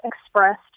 expressed